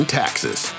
taxes